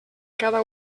cada